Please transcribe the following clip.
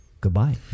Goodbye